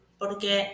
porque